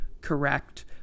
correct